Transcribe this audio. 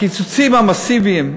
הקיצוצים המסיביים,